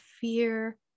fear